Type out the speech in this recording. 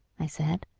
i said,